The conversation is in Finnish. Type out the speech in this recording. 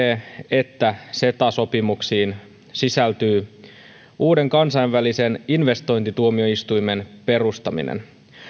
että ceta sopimuksiin sisältyy uuden kansainvälisen investointituomioistuimen perustaminen